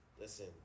Listen